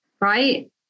Right